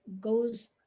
goes